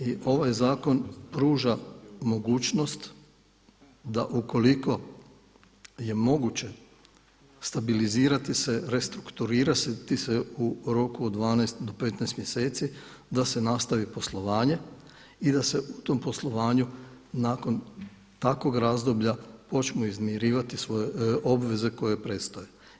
I ovaj zakon pruža mogućnost da ukoliko je moguće stabilizirati se, restrukturirati se u roku od 12 do 15 mjeseci da se nastavi poslovanje i da se u tom poslovanju nakon takvog razdoblja počnu izmirivati svoje obveze koje predstoje.